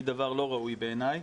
היא דבר לא ראוי בעיניי.